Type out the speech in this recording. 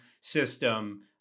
system